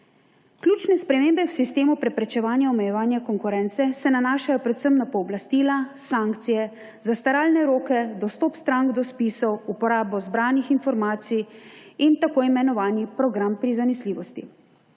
Ključne spremembe v sistemu preprečevanja omejevanja konkurence se nanašajo predvsem na pooblastila, sankcije, zastaralne roke, dostop strank do spisov, uporabo zbranih informacij in tako imenovani program prizanesljivosti.